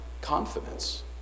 confidence